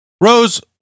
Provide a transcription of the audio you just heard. Rose